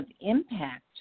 impact